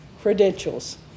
credentials